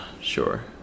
sure